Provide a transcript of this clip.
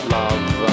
love